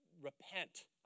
repent